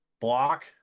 Block